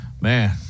Man